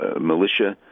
militia